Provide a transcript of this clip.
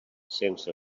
sense